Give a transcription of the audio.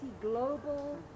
global